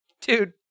Dude